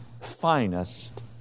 finest